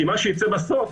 כי בסוף